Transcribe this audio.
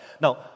Now